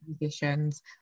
musicians